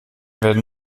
werden